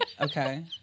Okay